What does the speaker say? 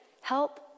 help